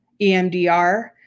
EMDR